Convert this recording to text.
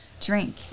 drink